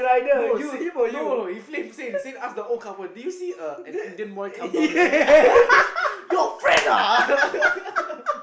no Sein no no he flamed Sein Sein asked the old couple do you see a an Indian boy come down here he was like your friend ah